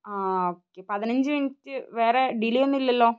ആ ഓക്കെ പതിനഞ്ച് മിനിറ്റ് വേറെ ഡിലേ ഒന്നും ഇല്ലല്ലോ